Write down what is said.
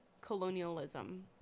colonialism